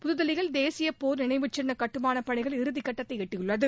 புதுதில்லியில் தேசிய போர் நினைவுச்சின்னக் கட்டுமானப் பணிகள் இறுதிக்கட்டத்தை எட்டியுள்ளன